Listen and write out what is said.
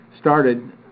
started